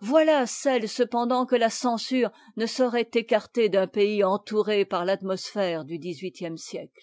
voilà celles cependant que la censure ne saurait écarter d'un pays entouré par l'atmosphère du dixhuitième sièete